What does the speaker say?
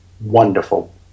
wonderful